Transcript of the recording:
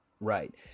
Right